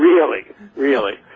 really really